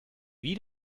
wie